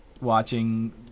watching